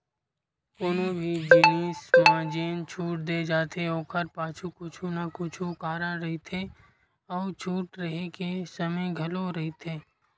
कोनो भी जिनिस म जेन छूट दे जाथे ओखर पाछू कुछु न कुछु कारन रहिथे अउ छूट रेहे के समे घलो रहिथे